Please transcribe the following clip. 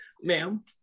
Ma'am